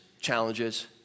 challenges